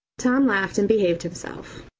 tom laughed and behaved himself.